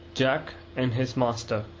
jack and his master